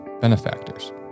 benefactors